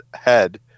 head